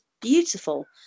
beautiful